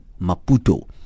Maputo